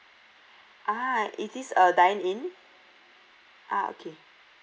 ah is this a dine in uh okay